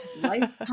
Lifetime